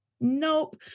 nope